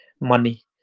money